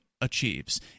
achieves